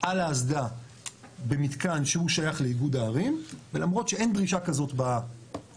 על האסדה במתקן שהוא שייך לאיגוד ערים ולמרות שאין דרישה כזו בחוק,